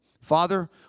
Father